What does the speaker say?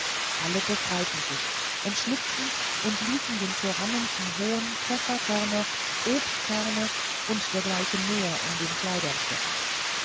alle befreiten sich entschlüpften und ließen dem tyrannen zum hohn pfefferkörner obstkerne u d m in den kleidern stecken